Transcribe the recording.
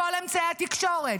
בכל אמצעי התקשורת,